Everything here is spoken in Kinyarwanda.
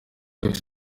yose